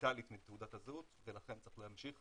דיגיטלית מתעודת הזהות ולכן צריך להמשיך